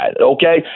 okay